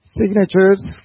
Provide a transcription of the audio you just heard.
signatures